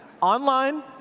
online